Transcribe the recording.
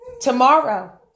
Tomorrow